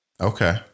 okay